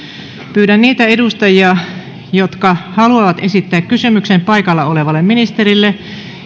pyydän niitä edustajia jotka haluavat esittää kysymyksen paikalla olevalle ministerille